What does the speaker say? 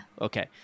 Okay